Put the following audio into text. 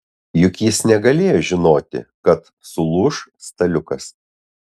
juk jis negalėjo žinoti kad sulūš staliukas